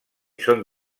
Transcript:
són